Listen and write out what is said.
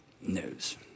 news